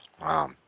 Wow